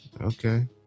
Okay